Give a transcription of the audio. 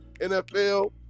NFL